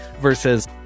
versus